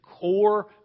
core